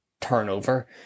turnover